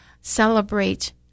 celebrate